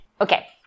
Okay